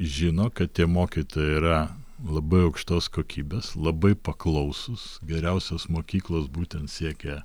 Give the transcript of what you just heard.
žino kad tie mokytojai yra labai aukštos kokybės labai paklausūs geriausios mokyklos būtent siekia